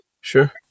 sure